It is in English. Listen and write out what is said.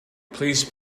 please